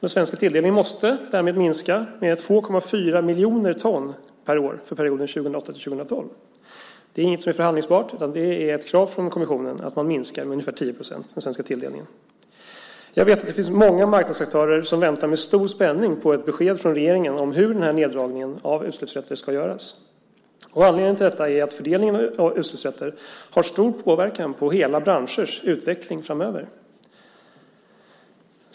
Den svenska tilldelningen måste därmed minska med 2,4 miljoner ton per år för perioden 2008-2012. Det är inte förhandlingsbart, utan det är ett krav från kommissionen att man minskar den svenska tilldelningen med ungefär 10 procent. Det finns många marknadsaktörer som väntar med stor spänning på ett besked från regeringen om hur den här neddragningen av utsläppsrätter ska göras. Anledningen till detta är att fördelningen av utsläppsrätter har stor påverkan på hela branschers utveckling framöver.